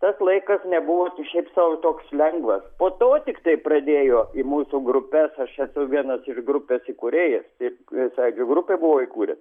tas laikas nebuvo t šiaip sau toks lengvas po to tiktai pradėjo į mūsų grupes aš esu vienas iš grupės įkūrėjas ir visą gi grupę buvo įkūręs